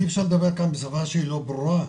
אי אפשר לדבר כאן בצורה שהיא לא ברורה.